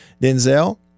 Denzel